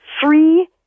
three